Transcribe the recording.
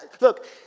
look